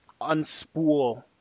unspool